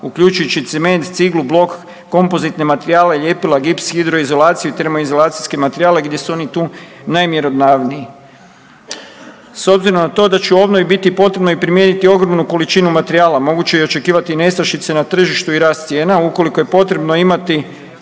uključujući cement, ciglu, blok, kompozitne materijale, ljepila, gips, hidroizolaciju i termoizolacijske materijale gdje su oni tu najmjerodavniji. S obzirom na to da će u obnovi biti potrebno i primijeniti ogromnu količinu materijala moguće je očekivati i nestašice na tržištu i rast cijena ukoliko je potrebno imati